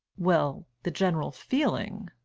well the general feeling